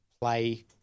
play